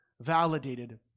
validated